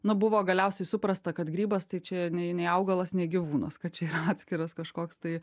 nu buvo galiausiai suprasta kad grybas tai čia nei augalas nei gyvūnas kad čia yra atskiras kažkoks tai